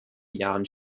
jahren